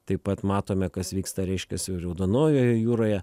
taip pat matome kas vyksta reiškiasi raudonojoje jūroje